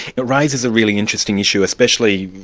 it raises a really interesting issue especially,